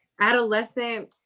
adolescent